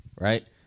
right